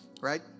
Right